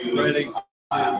ready